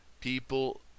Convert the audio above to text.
people